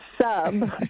sub